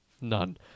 None